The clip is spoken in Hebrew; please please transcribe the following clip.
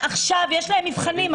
שעכשיו יש להם מבחנים,